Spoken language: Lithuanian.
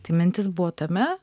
tai mintis buvo tame